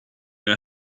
know